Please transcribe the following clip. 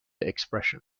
expression